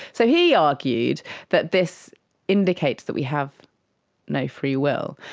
so he argued that this indicates that we have no free will.